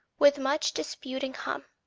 with much disputing hum.